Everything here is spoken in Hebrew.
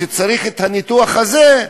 שצריך את הניתוח הזה,